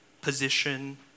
position